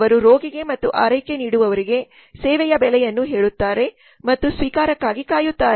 ಅವರು ರೋಗಿಗೆ ಮತ್ತು ಆರೈಕೆ ನೀಡುವವರಿಗೆ ಸೇವೆಯ ಬೆಲೆಯನ್ನು ಹೇಳುತ್ತಾರೆ ಮತ್ತು ಸ್ವೀಕಾರಕ್ಕಾಗಿ ಕಾಯುತ್ತಾರೆ